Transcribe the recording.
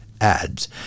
ads